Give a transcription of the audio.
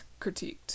critiqued